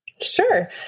Sure